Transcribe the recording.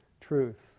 truth